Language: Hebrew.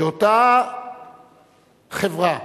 שאותה חברה